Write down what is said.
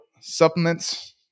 supplements